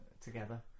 together